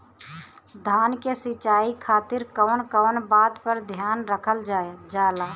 धान के सिंचाई खातिर कवन कवन बात पर ध्यान रखल जा ला?